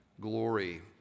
Glory